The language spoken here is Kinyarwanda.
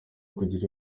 kugira